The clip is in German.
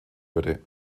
würde